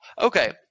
Okay